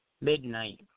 Midnight